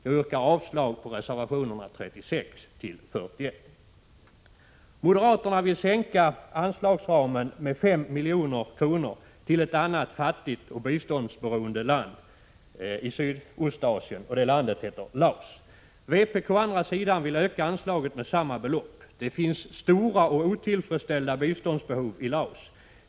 Jag yrkar avslag på reservationerna 36-41. Moderaterna vill sänka anslagsramen med 5 milj.kr. till ett annat fattigt och biståndsberoende land i Sydöstasien — Laos. Vpk å andra sidan vill öka anslaget med samma belopp. Det finns stora och otillfredsställda biståndsbehov i Laos.